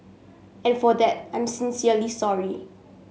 and for that I'm sincerely sorry